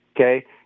Okay